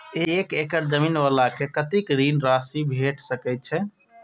एक एकड़ जमीन वाला के कतेक ऋण राशि भेट सकै छै?